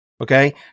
Okay